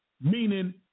Meaning